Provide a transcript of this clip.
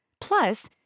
Plus